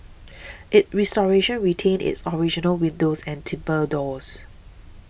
its restoration retained its original windows and timbre doors